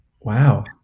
wow